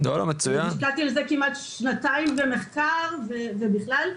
והשקעתי על זה כמעט שנתיים במחקר ובכלל.